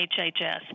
HHS